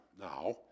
now